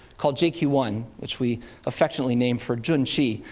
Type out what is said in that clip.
called j q one, which we affectionately named for jun qi,